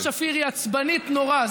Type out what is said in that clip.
אז סתיו שפיר עצבנית נורא.